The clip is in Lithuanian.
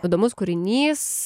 įdomus kūrinys